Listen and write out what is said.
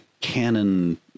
canon